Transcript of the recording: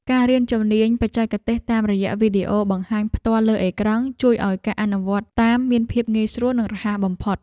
ការរៀនជំនាញបច្ចេកទេសតាមរយៈវីដេអូបង្ហាញផ្ទាល់លើអេក្រង់ជួយឱ្យការអនុវត្តតាមមានភាពងាយស្រួល និងរហ័សបំផុត។